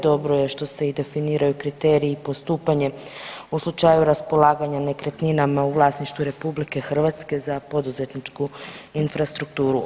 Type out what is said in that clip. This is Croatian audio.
Dobro je što se i definiraju kriteriji postupanje u slučaju raspolaganja nekretninama u vlasništvu RH za poduzetničku infrastrukturu.